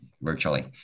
virtually